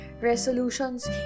Resolutions